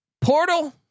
Portal